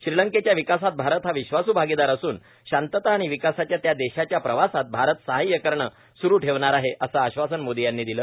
श्रीलंकेच्या विकासात भारत हा विश्वासू भागीदार असून शांतता आणि विकासाच्या त्या देशाच्या प्रवासात भारत सहाय्य करणं सुरू ठेवणार आहे असं आश्वासन मोदी यांनी दिलं